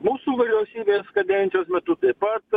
mūsų vyliausybės kadencijos metu taip pat